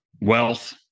wealth